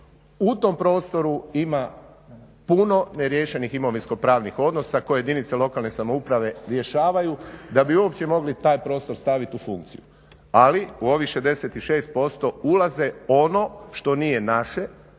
u tom prostoru ima puno neriješenih imovinsko-pravnih odnosa koje jedinice lokalne samouprave rješavaju da bi uopće mogli taj prostor staviti u funkciju. Ali, u ovih 66% ulaze ono što nije naše,